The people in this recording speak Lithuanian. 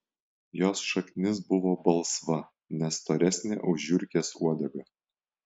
jos šaknis buvo balsva ne storesnė už žiurkės uodegą